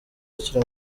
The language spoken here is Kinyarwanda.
yakira